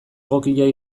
egokia